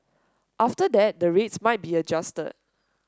after that the rates might be adjusted